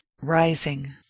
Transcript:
Rising